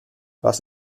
was